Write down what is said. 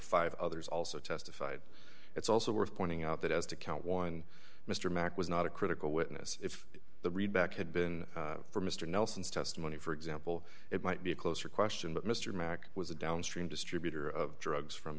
five others also testified it's also worth pointing out that as to count one mr mack was not a critical witness if the read back had been from mr nelson's testimony for example it might be a closer question but mr mack was a downstream distributor of drugs from